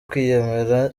kwiyemera